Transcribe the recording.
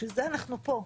בשביל זה אנחנו פה.